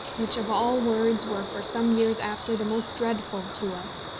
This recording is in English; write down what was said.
which of all words were for some years after the most dreadful to us,